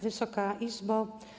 Wysoka Izbo!